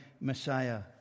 Messiah